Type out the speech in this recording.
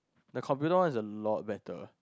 the computer one is a lot better